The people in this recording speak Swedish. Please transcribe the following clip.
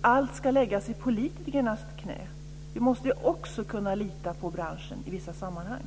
allt ska läggas i politikernas knä. Vi måste också kunna lita på branschen i vissa sammanhang.